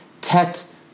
tet